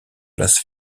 place